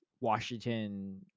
washington